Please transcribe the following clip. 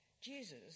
Jesus